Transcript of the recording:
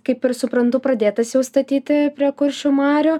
kaip ir suprantu pradėtas jau statyti prie kuršių marių